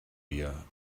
wir